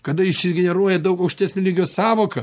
kada išsigeneruoja daug aukštesnio lygio sąvoka